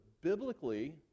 biblically